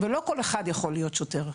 ולא כל כך אחד יכול להיות שוטר.